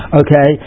okay